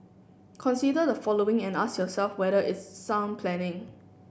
consider the following and ask yourself whether it's sound planning